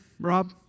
Rob